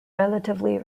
relatively